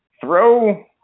throw